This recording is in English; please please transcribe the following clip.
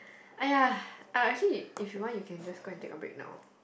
!aiya! um actually if you want you can just go and take a break now